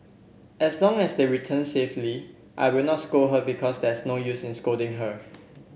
as long as they return safely I will not scold her because there's no use in scolding her